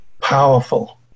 powerful